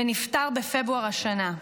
ונפטר בפברואר השנה.